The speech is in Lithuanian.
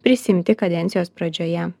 prisiimti kadencijos pradžioje